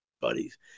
buddies